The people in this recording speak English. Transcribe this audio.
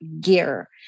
gear